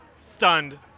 Stunned